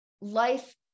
life